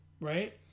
right